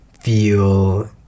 feel